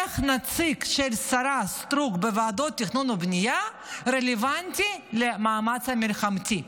איך נציג של השרה סטרוק בוועדות התכנון והבנייה רלוונטי למאמץ המלחמתי?